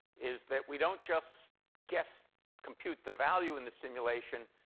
is that we don't just guess compute the value in the simulation.